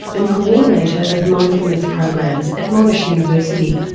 and co-ordinator of mindfulness programs at monash university.